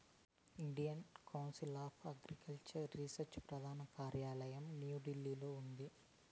Indian council of agricultural research ప్రధాన కార్యాలయం న్యూఢిల్లీలో ఉంది